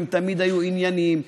הם תמיד היו ענייניים.